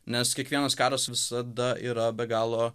nes kiekvienas karas visada yra be galo